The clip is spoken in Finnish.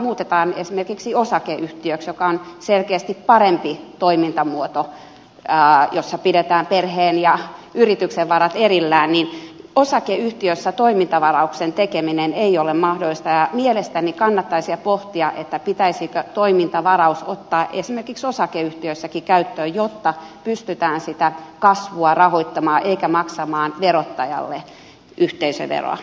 muutetaan esimerkiksi osakeyhtiöksi joka on selkeästi parempi toimintamuoto jossa pidetään perheen ja yrityksen varat erillään niin osakeyhtiössä toimintavarauksen tekeminen ei ole mahdollista ja mielestäni kannattaisi pohtia pitäisikö toimintavaraus ottaa esimerkiksi osakeyhtiöissäkin käyttöön jotta pystytään sitä kasvua rahoittamaan eikä makseta verottajalle yhteisöveroa